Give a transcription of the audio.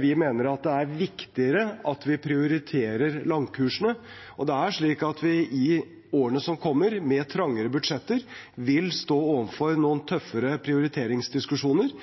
Vi mener at det er viktigere at vi prioriterer langkursene. Det er slik at vi i årene som kommer, med trangere budsjetter, vil stå overfor noen tøffere prioriteringsdiskusjoner,